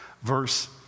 Verse